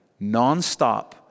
nonstop